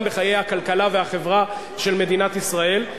בחיי הכלכלה והחברה של מדינת ישראל.